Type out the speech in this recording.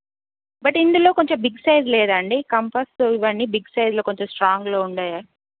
but ఇందులో కొంచెం big size లేదా అండి కంఫస్సు ఇవన్నీ కొంచెం బిగ్ సైజ్లో కొంచెం స్ట్రాంగ్లో ఉన్నాయా